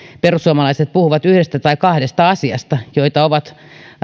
perussuomalaiset puhuvat yhdestä tai kahdesta asiasta joita ovat